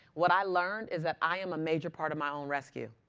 what i learned is that i am a major part of my own rescue.